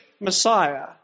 messiah